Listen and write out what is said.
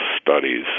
studies